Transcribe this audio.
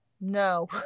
No